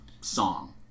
song